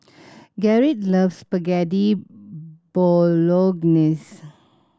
Garrick loves Spaghetti Bolognese